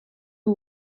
who